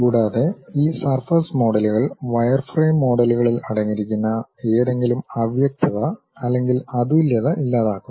കൂടാതെ ഈ സർഫസ് മോഡലുകൾ വയർഫ്രെയിം മോഡലുകളിൽ അടങ്ങിയിരിക്കുന്ന ഏതെങ്കിലും അവ്യക്തത അല്ലെങ്കിൽ അതുല്യത ഇല്ലാതാക്കുന്നു